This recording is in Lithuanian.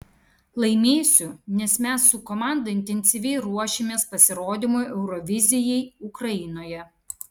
laimėsiu nes mes su komanda intensyviai ruošiamės pasirodymui eurovizijai ukrainoje